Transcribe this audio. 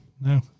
No